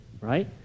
right